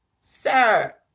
Sir